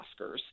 Oscars